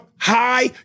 high